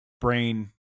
brain